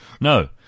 No